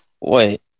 Wait